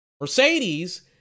Mercedes